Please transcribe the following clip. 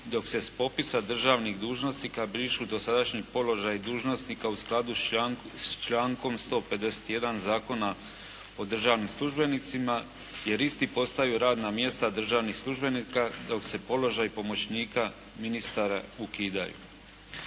dok se s popisa državnih dužnosnika brišu dosadašnji položaji dužnosnika u skladu s člankom 151. Zakona o državnim službenicima jer isti postaju radna mjesta državnih službenika, dok se položaj pomoćnika ministara ukidaju.